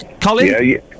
Colin